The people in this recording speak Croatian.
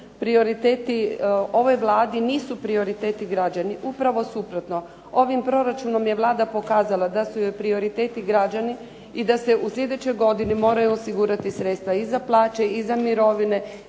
prioriteti ove Vlade nisu prioriteti građani. Upravo suprotno. Ovim proračunom je Vlada pokazala da su joj prioriteti građani da se u sljedećoj godini moraju osigurati sredstva i za plaće i za mirovine